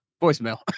voicemail